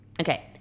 okay